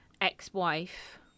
ex-wife